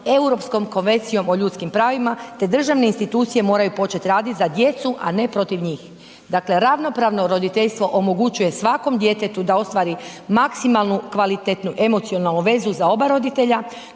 Europskom konvencijom o ljudskim pravima te državne institucije moraju početi raditi za djecu a ne protiv njih. Dakle ravnopravno roditeljstvo omogućuje svakom djetetu da ostvari maksimalnu kvalitetnu emocionalnu vezu kroz oba roditelja